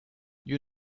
you